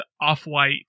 off-white